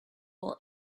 will